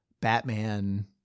Batman